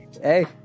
Hey